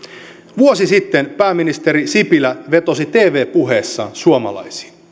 vuosi sitten pääministeri sipilä vetosi tv puheessaan suomalaisiin